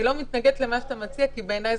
אני לא מתנגדת למה שאתה מציע כי בעיניי